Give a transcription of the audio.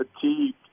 fatigue